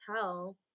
tell